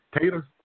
Taylor